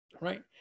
Right